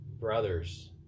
brother's